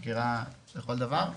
חקירה לכל דבר,